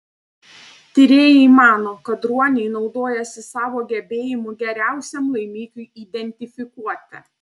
tyrėjai mano kad ruoniai naudojasi savo gebėjimu geriausiam laimikiui identifikuoti